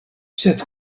sed